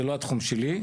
זה לא התחום שלי.